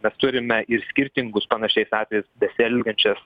mes turime ir skirtingus panašiais atvejais besielgiančias